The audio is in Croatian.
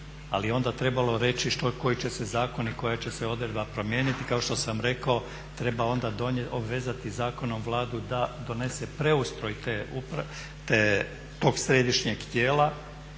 Ali onda je trebalo reći koji će se zakoni, koja će se odredba promijeniti. I kao što sam rekao, treba onda obvezati zakonom Vladu da donese preustroj tog središnjeg tijela